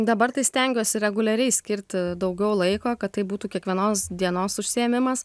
dabar tai stengiuosi reguliariai skirti daugiau laiko kad tai būtų kiekvienos dienos užsiėmimas